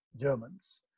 Germans